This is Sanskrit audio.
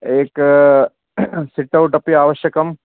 एकं सिट्औट् अपि आवश्यकम्